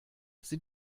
sind